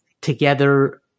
together